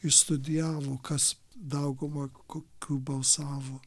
išstudijavo kas dauguma kokių balsavo